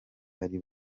ari